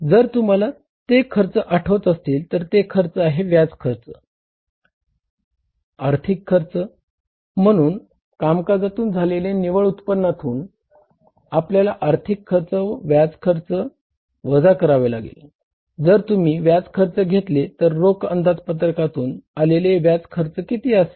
जर तुम्ही व्याज खर्च घेतले तर रोख अंदाजपत्रकातून आलेले व्याज खर्च किती आहे